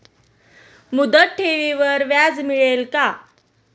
मुदत ठेवीवर व्याज मिळेल का?